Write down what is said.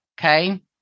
Okay